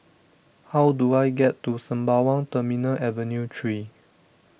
how do I get to Sembawang Terminal Avenue three